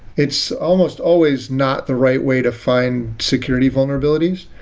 it's almost always not the right way to find security vulnerabilities,